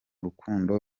rukundo